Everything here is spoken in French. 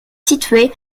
situé